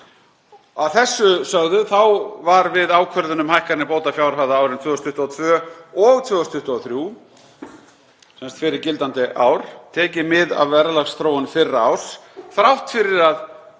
Að þessu sögðu þá var við ákvörðun um hækkanir bótafjárhæða á árinu 2022 og 2023, sem sagt fyrir gildandi ár, tekið mið af verðlagsþróun fyrra árs þrátt fyrir að